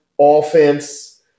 offense